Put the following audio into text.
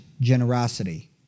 generosity